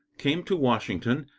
came to washington,